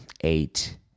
eight